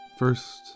First